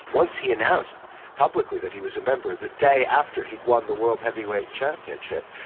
once he announced publicly that he was a member, the day after he'd won the world heavyweight championship,